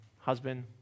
Husband